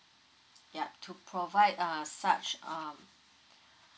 yup to provide uh such um